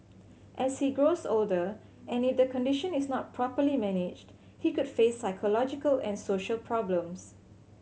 as he grows older and if the condition is not properly managed he could face psychological and social problems